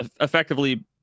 effectively